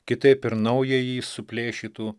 kitaip ir naująjį suplėšytų